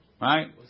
Right